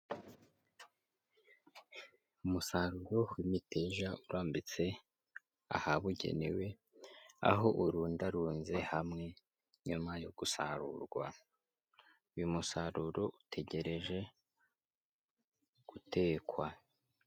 Umusaruro w'imiteja urambitse ahabugenewe, aho urundarunze hamwe nyuma yo gusarurwa, uyu musaruro utegereje gutekwa.